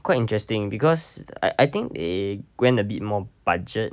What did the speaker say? quite interesting because I I think they grant a bit more budget